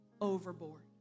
overboard